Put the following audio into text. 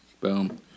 Boom